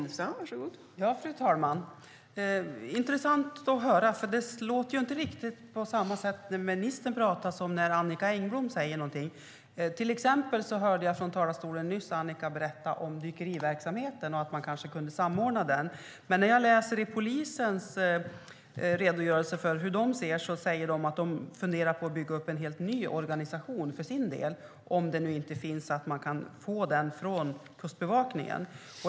Fru talman! Det var intressant att höra. Det låter inte riktigt på samma sätt när ministern talar som när Annicka Engblom talar. Till exempel hörde jag Annicka i talarstolen berätta om dykeriverksamheten och nämna att man kanske kunde samordna med den. I polisens redogörelse för hur de ser på detta säger de att de funderar på att bygga upp en helt ny organisation för sin del, om man inte kan få hjälpen från Kustbevakningen.